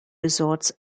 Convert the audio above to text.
resorts